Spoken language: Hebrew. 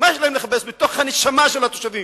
מה יש להם לחפש בתוך הנשמה של התושבים?